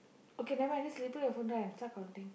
okay nevermind just your photo and start counting